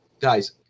guys